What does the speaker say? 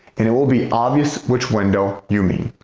and it will be obvious which window you mean.